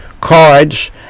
cards